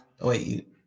wait